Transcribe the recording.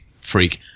freak